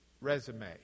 resume